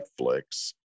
Netflix